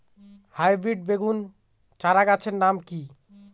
Hybrid বেগুন চারাগাছের নাম কি?